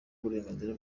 uburenganzira